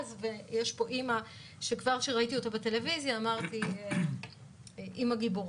ויש פה אימא שכבר כשראיתי אותה בטלוויזיה אמרתי שהיא אימא גיבורה.